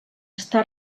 està